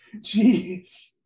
Jeez